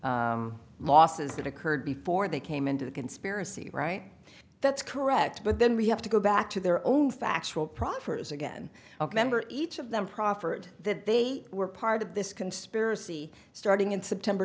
losses that occurred before they came into the conspiracy right that's correct but then we have to go back to their own factual proffers again of members each of them proffered that they were part of this conspiracy starting in september